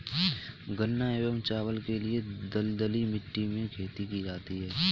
गन्ना एवं चावल के लिए दलदली मिट्टी में खेती की जाती है